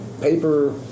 paper